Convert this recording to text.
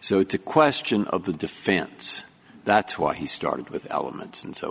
so it's a question of the defense that's why he started with elements and so